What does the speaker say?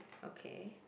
okay